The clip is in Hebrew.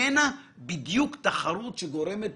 שני הנושאים העיקריים שבהם נדרשו נתונים היו: בדיקת